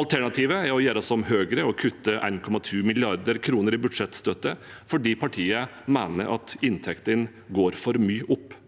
Alternativet er å gjøre som Høyre: å kutte 1,2 mrd. kr i budsjettstøtte fordi partiet mener at inntektene går for mye opp.